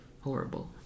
horrible